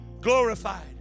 glorified